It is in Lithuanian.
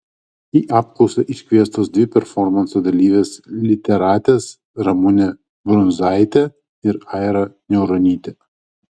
į apklausą iškviestos dvi performanso dalyvės literatės ramunė brunzaitė ir aira niauronytė